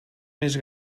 més